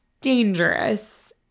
dangerous